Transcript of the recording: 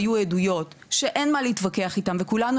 היו עדויות שאין מה להתווכח איתם וכולנו